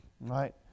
right